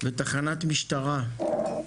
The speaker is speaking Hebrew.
ותחנת משטרה.